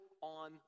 on